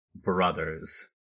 brothers